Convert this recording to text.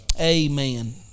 amen